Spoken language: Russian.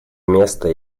места